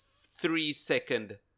three-second